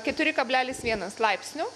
keturi kablelis vienas laipsnių